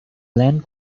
land